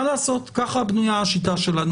מה לעשות, ככה בנויה השיטה שלנו.